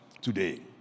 today